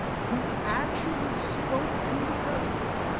who actually spoke to the president